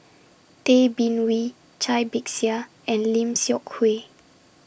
Tay Bin Wee Cai Bixia and Lim Seok Hui